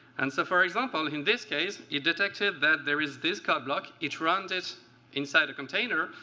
and so, for example, in this case, it detected that there is this code block. it runs it inside a container,